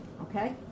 okay